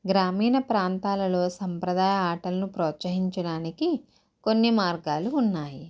గ్రామీణ ప్రాంతాలలో సాంప్రదాయ ఆటలను ప్రోత్సహించడానికి కొన్ని మార్గాలు ఉన్నాయి